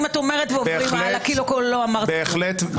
אם את אומרת ועוברים הלאה כאילו לא אמרת כלום?